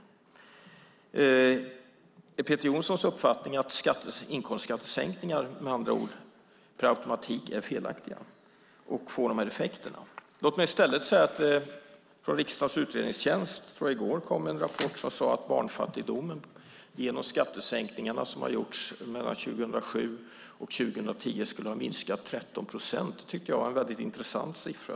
Är det Peter Johnssons uppfattning att inkomstskattesänkningar med andra ord per automatik är felaktiga? Från riksdagens utredningstjänst kom i går en rapport som sade att barnfattigdomen genom de skattesänkningar som har gjorts mellan 2007 och 2010 skulle ha minskat med 13 procent. Det tycker jag var en väldigt intressant siffra.